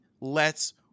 lets